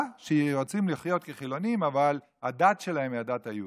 כך שרוצים לחיות כחילונים אבל הדת היא הדת היהודית.